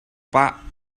pah